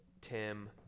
Tim